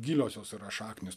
gilios jos šaknys